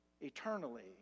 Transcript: eternally